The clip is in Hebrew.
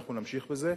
ואנחנו נמשיך בזה.